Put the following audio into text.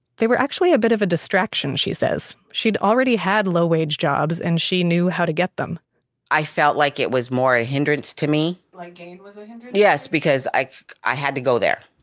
they were actually a bit of a distraction she says. she'd already had low wage jobs and she knew how to get them i felt like it was more a hindrance to me. like gain was a hindrance? yes, because i i had to go there,